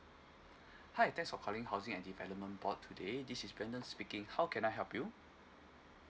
hi thanks for calling housing and development board today this is Brendon speaking how can I help you